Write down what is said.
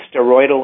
steroidal